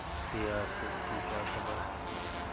سیاست کی کیا خبر ہے